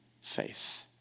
faith